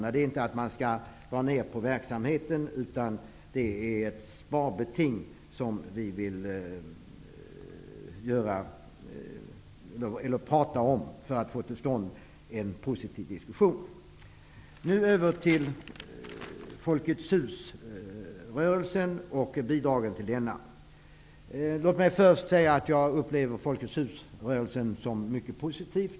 Det är inte meningen att man skall dra ned på verksamheten, utan det är fråga om ett sparbeting för att man skall få till stånd en positiv diskussion. Sedan går jag över till Folkets hus-rörelsen och bidragen till denna. Jag upplever Folkets husrörelsen som mycket positiv.